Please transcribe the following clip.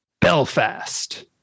Belfast